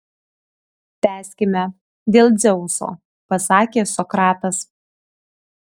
tęskime dėl dzeuso pasakė sokratas